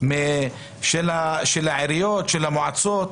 של העיריות, של המועצות,